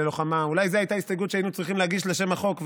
אולי זאת הייתה ההסתייגות שהיינו צריכים להגיש לשם החוק,